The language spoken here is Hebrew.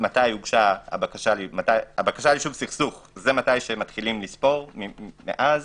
הבקשה ליישוב סכסוך - זה מתי שמתחילים לספור, מאז,